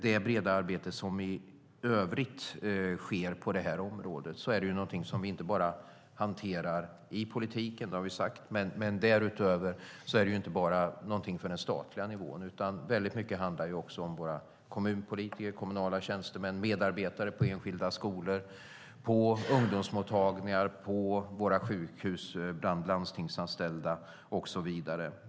Det breda arbete som i övrigt sker på det här området är något som vi inte bara hanterar i politiken och det är inte något enbart för den statliga nivån. Det rör också våra kommunpolitiker, kommunala tjänstemän, medarbetare på enskilda skolor och på ungdomsmottagningar, våra sjukhus och landstingsanställda.